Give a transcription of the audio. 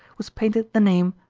was painted the name,